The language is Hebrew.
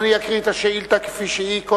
אדוני קודם יקריא את השאילתא כפי שהיא.